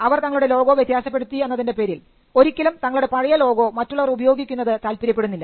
അവർ തങ്ങളുടെ ലോഗോ വ്യത്യാസപ്പെടുത്തി എന്നതിൻറെ പേരിൽ ഒരിക്കലും തങ്ങളുടെ പഴയ ലോഗോ മറ്റുള്ളവർ ഉപയോഗിക്കന്നത് താല്പര്യപ്പെടുന്നില്ല